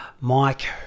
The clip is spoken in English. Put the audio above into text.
Mike